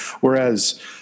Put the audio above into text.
whereas